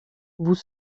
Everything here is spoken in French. vous